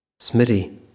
Smitty